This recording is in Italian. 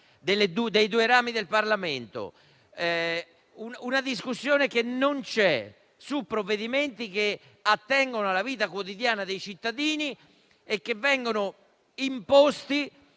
dei due rami del Parlamento. Non c'è discussione su provvedimenti che attengono alla vita quotidiana dei cittadini e che vengono imposti